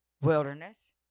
wilderness